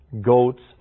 goats